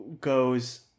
goes